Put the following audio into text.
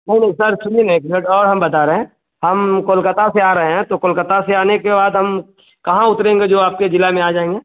नहीं नहीं सर सुनिए ना एक मिनट और हम बता रहे हैं हम कोलकता से आ रहे हैं तो कोलकता से आने के बाद हम कहाँ उतरेंगे जो आपके ज़िला में आ जाएँगे